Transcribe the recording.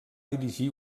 dirigir